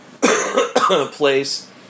place